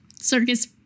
circus